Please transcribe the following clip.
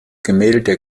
gemälde